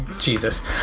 Jesus